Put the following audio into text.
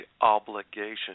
obligation